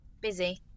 busy